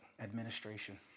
Administration